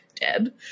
dead